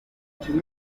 hadutse